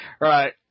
Right